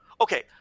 okay